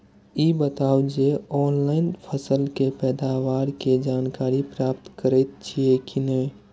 ई बताउ जे ऑनलाइन फसल के पैदावार के जानकारी प्राप्त करेत छिए की नेय?